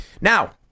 Now